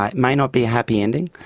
it may not be a happy ending,